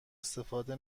استفاده